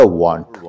want